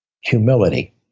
Humility